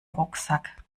rucksack